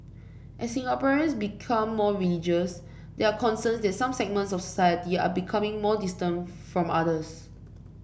as Singaporeans become more religious there are concerns that some segments of society are becoming more distant from others